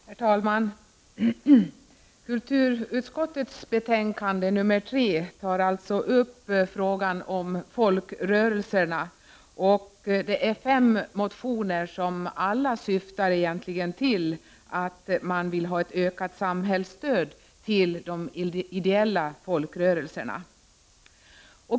Herr talman! I kulturutskottets betänkande nr 3 tas alltså upp frågan om folkrörelserna, och där behandlas fem motioner, som alla syftar till att de ideella folkrörelserna skall få ökat samhällsstöd.